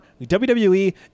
WWE